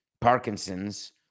Parkinson's